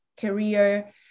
career